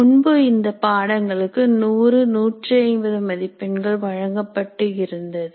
முன்பு இந்த பாடங்களுக்கு 100 150 மதிப்பெண்கள் வழங்கப்பட்டு இருந்தது